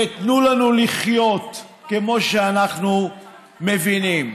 ותנו לנו לחיות כמו שאנחנו מבינים.